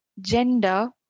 gender